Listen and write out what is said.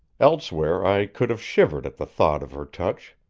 elsewhere i could have shivered at the thought of her touch.